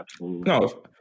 No